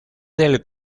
del